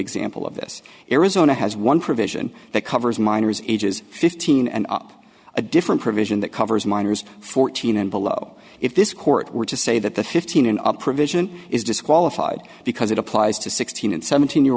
example of this arizona has one provision that covers minors ages fifteen and up a different provision that covers minors fourteen and below if this court were to say that the fifteen and up provision is disqualified because it applies to sixteen and seventeen year